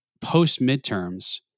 post-midterms